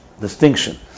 Distinction